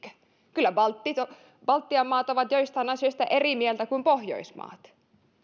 kyllä baltian maat ovat joistain asioista eri mieltä kuin pohjoismaat